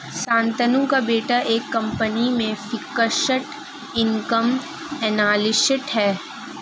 शांतनु का बेटा एक कंपनी में फिक्स्ड इनकम एनालिस्ट है